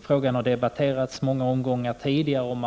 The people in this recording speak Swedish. Frågan har debatterats i många omgångar tidigare, och